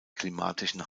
klimatischen